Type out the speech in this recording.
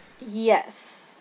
Yes